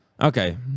okay